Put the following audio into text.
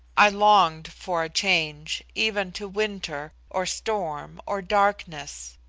i longed for a change, even to winter, or storm, or darkness.